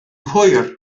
hwyr